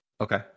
Okay